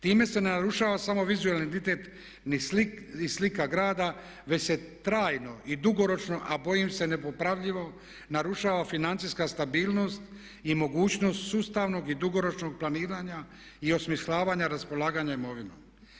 Time se ne narušava samo vizualni identitet i slika grada već se trajno i dugoročno a bojim se nepopravljivo narušava financijska stabilnost i mogućnost sustavnog i dugoročnog planiranja i osmišljavanja raspolaganja imovinom.